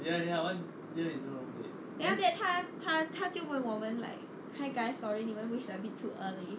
ya after that 他他就问我们 like hi guys sorry 你们 wish a bit too early